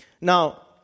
Now